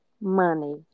money